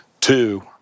Two